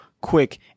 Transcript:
quick